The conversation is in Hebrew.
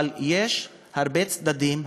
אבל יש הרבה צדדים,